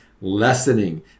lessening